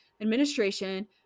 Administration